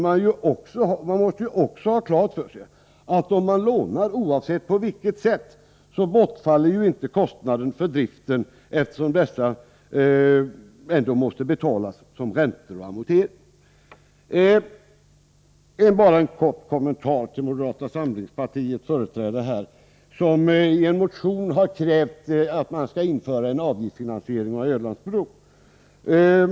Man måste också ha klart för sig att kostnaderna för driften inte bortfaller om man lånar — oavsett på vilket sätt — eftersom dessa ändå måste betalas som räntor och amorteringar. Sedan en kort kommentar riktad till moderata samlingspartiets företrädare. I en motion krävs att en avgiftsfinansiering för Ölandsbron skall införas.